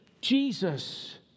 Jesus